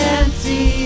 empty